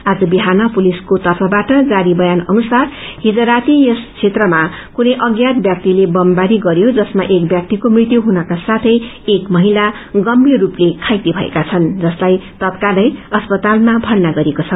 आज बिहान पुलिसको तर्फबाट जारी बयान अनुसार हिज राती यस बेत्रमा कुनै अज्ञात व्यक्तिले बमबारी गरयो जसमा एक व्यक्तिको मृत्यु हुनका साथै एक महिला गम्भीर स्पले घाइते भएका छन् जसलाई तत्कालै अस्पतालमा भर्ना गरिएको छ